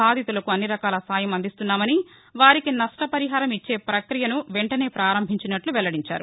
బాధితులకు అన్నిరకాల సాయం అందిస్తున్నామని వారికి నష్టపరిహారం ఇచ్చే ప్రక్రియను వెంటనే ప్రారంభించనుస్నట్లు వెల్లడించారు